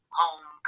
home